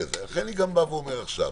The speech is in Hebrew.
לכן אני גם בא ואומר עכשיו.